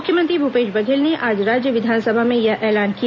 मुख्यमंत्री भूपेश बघेल ने आज राज्य विधानसभा में यह ऐलान किया